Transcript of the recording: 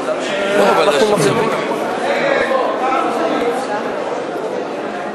להסיר מסדר-היום את הצעת חוק הביטוח הלאומי (תיקון,